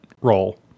roll